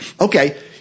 Okay